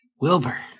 Wilbur